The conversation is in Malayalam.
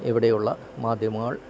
ഇവിടെയുള്ള മാധ്യമങ്ങൾ